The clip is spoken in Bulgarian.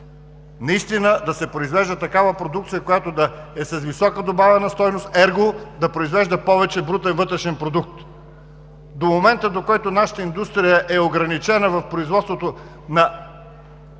наистина да се произвежда такава продукция, която да е с висока добавена стойност, ерго да произвежда повече брутен вътрешен продукт. До момента, до който нашата индустрия е ограничена в производството на